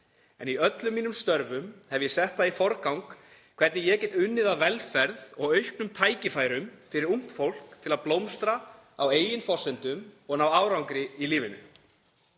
en í öllum mínum störfum hef ég sett það í forgang hvernig ég get unnið að velferð og auknum tækifærum fyrir ungt fólk til að blómstra á eigin forsendum og ná árangri í lífinu.